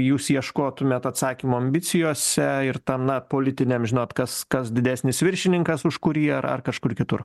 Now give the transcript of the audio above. jūs ieškotumėt atsakymo ambicijose ir tam na politiniam žinot kas kas didesnis viršininkas už kurį ar ar kažkur kitur